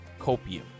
Copium